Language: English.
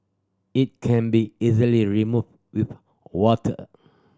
it can be easily removed with water